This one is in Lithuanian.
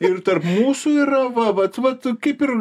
ir tarp mūsų yra va vat vat kaip ir